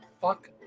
Fuck